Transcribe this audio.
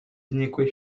znikły